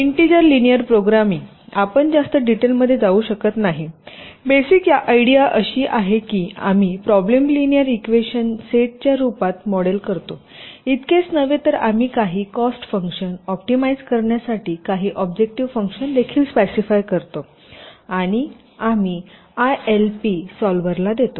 integer linear programming आपण जास्त डिटेलमध्ये जाऊ शकत नाही बेसिक आयडिया अशी आहे की आम्ही प्रॉब्लेम लिनियर इक्वेशन सेटच्या रूपात मॉडेल करतो इतकेच नव्हे तर आम्ही काही कॉस्ट फंक्शन ऑप्टिमाइझ करण्यासाठी काही ऑब्जेक्टिव्ह फंक्शन देखील स्पेसिफाय करतो आणि आम्ही आयएलपी सॉल्व्हरला देतो